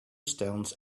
stones